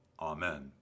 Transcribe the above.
Amen